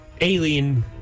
alien